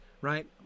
right